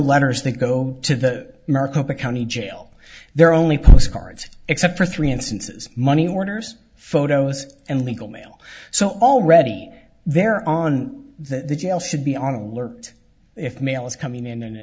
letters think go to the maricopa county jail there are only postcards except for three instances money orders photos and legal mail so already there on the jail should be on alert if mail is coming in an